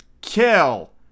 kill